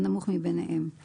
הנמוך מביניהם;